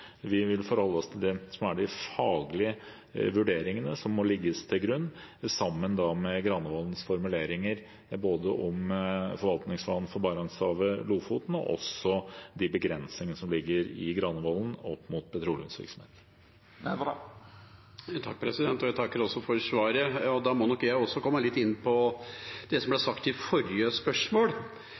Vi vil forholde oss til det som er de faglige vurderingene, som må ligge til grunn, sammen med Granavolden-plattformens formuleringer om forvaltningsplanen for Barentshavet og Lofoten, og også de begrensninger som ligger i Granavolden-plattformen opp mot petroleumsvirksomhet. Jeg takker for svaret. Jeg må også komme litt inn på det som ble sagt i forrige spørsmål,